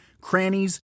crannies